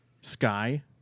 sky